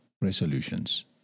resolutions